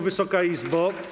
Wysoka Izbo!